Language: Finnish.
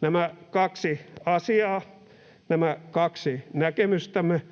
nämä kaksi asiaa, nämä kaksi näkemystämme,